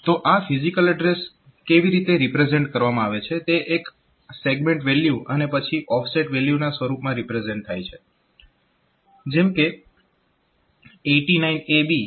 તો આ physical address કેવી રીતે રિપ્રેઝેન્ટ કરવામાં આવે છે તે એક સેગમેન્ટ વેલ્યુ અને પછી ઓફસેટ વેલ્યુ ના સ્વરૂપમાં રિપ્રેઝેન્ટ થાય છે જેમ કે 89ABF012